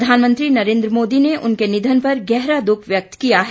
प्रधानमंत्री नरेन्द्र मोदी ने उनके निधन पर गहरा दुख व्यक्त किया है